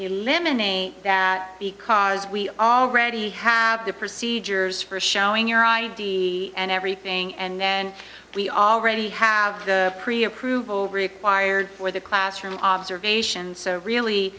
eliminate that because we already have the procedures for showing your id and everything and then we already have pre approval required for the classroom observations so really